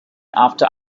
after